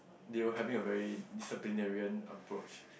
they were having a very disciplinarian approach